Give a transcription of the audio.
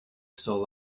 still